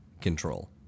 control